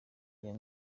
iyo